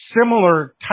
similar